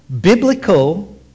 biblical